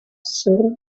sulfur